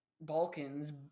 balkans